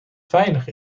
veilig